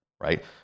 right